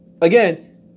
Again